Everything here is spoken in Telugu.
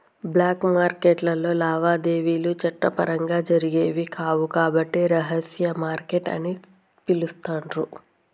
బ్లాక్ మార్కెట్టులో లావాదేవీలు చట్టపరంగా జరిగేవి కావు కాబట్టి రహస్య మార్కెట్ అని పిలుత్తాండ్రు